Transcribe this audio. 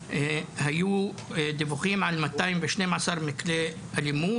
היו דיווחים על 212 מקרי אלימות,